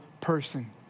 person